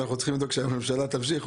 שאנחנו צריכים לדאוג שהממשלה תמשיך,